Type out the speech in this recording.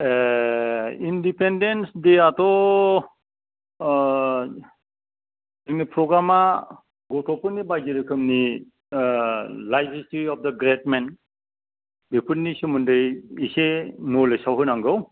independence दे आथ' जोंनि प्रग्रामा गथ'फोरनि बायदि रोखोमनि life history of the great men बेफोरनि सोमोन्दै एसे नलेजयाव होनांगौ